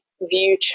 view